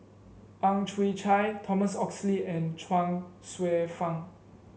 Ang Chwee Chai Thomas Oxley and Chuang Hsueh Fang